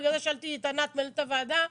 בגלל זה שאלתי את ענת מנהלת הוועדה.